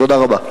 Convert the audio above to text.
תודה רבה.